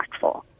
impactful